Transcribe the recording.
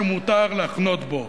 שמותר לחנות בו,